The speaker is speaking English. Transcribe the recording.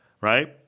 right